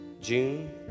June